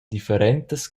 differentas